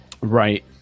Right